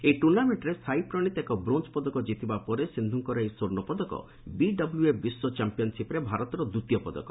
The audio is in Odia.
ଏହି ଟୁର୍ଣ୍ଣାମେଣ୍ଟରେ ସାଇ ପ୍ରଶୀତ ଏକ ବ୍ରୋଞ୍ଜ ପଦକ ଜିତିବା ପରେ ସିନ୍ଧୁଙ୍କର ଏହି ସ୍ୱର୍ଷକଦକ ବିଡବ୍ଲ୍ୟଏଫ୍ ବିଶ୍ୱ ଚମ୍ପିୟାନ୍ସିପ୍ରେ ଭାରତର ଦ୍ୱିତୀୟ ପଦକ